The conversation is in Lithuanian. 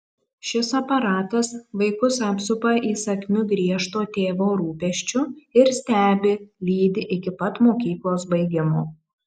šis aparatas vaikus apsupa įsakmiu griežto tėvo rūpesčiu ir stebi lydi iki pat mokyklos baigimo